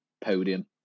podium